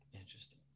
Interesting